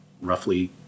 roughly